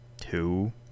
two